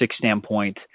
standpoint